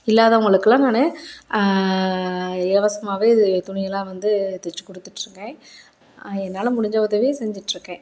இல்லாதவங்களுக்குலாம் நான் இலவசமாகவே துணியெல்லாம் வந்து தச்சு கொடுத்துட்ருக்கேன் என்னால் முடிஞ்ச உதவியை செஞ்சுட்ருக்கேன்